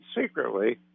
secretly